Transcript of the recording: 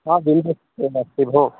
सः अस्ति भोः